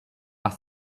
are